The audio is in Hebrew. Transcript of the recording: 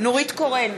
נורית קורן,